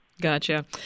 gotcha